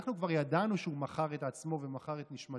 אנחנו כבר ידענו שהוא מכר את עצמו ומכר את נשמתו,